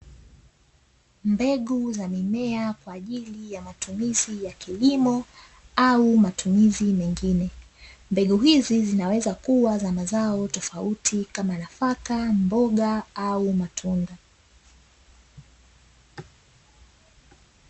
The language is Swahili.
Mbegu za mimea kwa ajili ya matumizi ya kilimo au matumizi mengine. Mbegu hizi zinaweza kuwa za mazao tofauti kama nafaka, mboga au matunda.